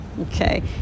okay